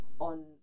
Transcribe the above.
on